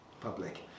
public